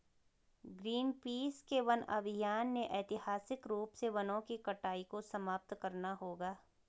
Greenpeace के वन अभियान ने ऐतिहासिक रूप से वनों की कटाई को समाप्त करना होगा